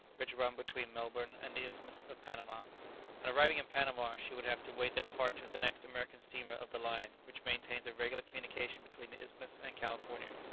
which run between melbourne and the isthmus of panama on arriving in panama she would have to wait the departure of the next american steamer of the line which maintains a regular communication between the isthmus and california.